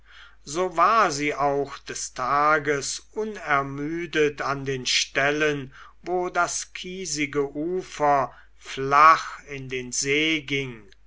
so war sie auch des tages unermüdet an den stellen wo das kiesichte ufer flach in die see ging